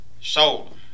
sold